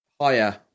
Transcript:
Higher